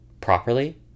properly